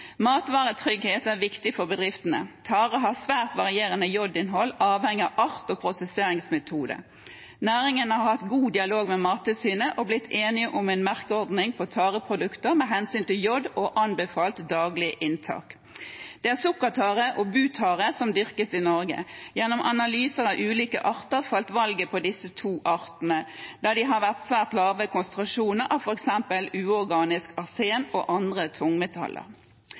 Matvaretrygghet er viktig for bedriftene. Tare har svært varierende jodinnhold, avhengig av art og prosesseringsmetode. Næringen har hatt god dialog med Mattilsynet, og de har blitt enige om en merkeordning på tareproduktene med hensyn til jod og anbefalt daglig inntak. Det er sukkertare og butare som dyrkes i Norge. Gjennom analyser av ulike arter falt valget på disse to, da de har svært lave konsentrasjoner av f.eks. uorganisk arsen og andre tungmetaller.